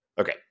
Okay